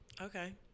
Okay